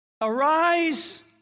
Arise